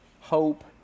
hope